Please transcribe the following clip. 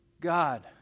God